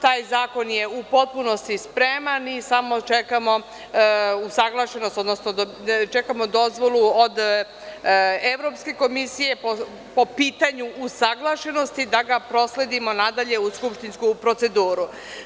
Taj zakon je u potpunosti spreman i samo čekamo usaglašenost, odnosno čekamo dozvolu od Evropske komisije po pitanju usaglašenosti da ga prosledimo nadalje u skupštinsku proceduru.